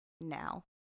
now